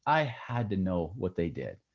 i had to know what they did.